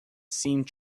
seemed